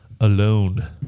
alone